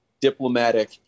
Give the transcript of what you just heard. diplomatic